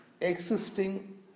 existing